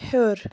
ہیوٚر